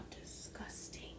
disgusting